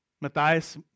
Matthias